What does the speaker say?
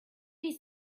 you